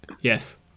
Yes